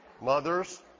mothers